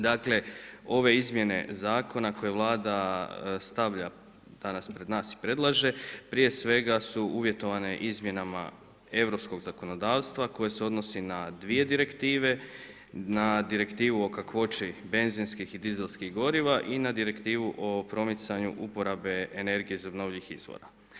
Dakle ove izmjene zakona koje Vlada stavlja danas pred nas i predlaže, prije svega su uvjetovane izmjenama europskog zakonodavstva koje se odnosi na dvije direktive, na Direktivu o kakvoći benzinskih i dizelskih goriva i na Direktivu o primicanju uporabe energije iz obnovljivih izvora.